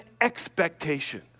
expectation